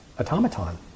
automaton